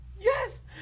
Yes